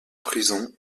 prison